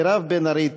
מירב בן ארי,